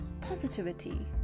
positivity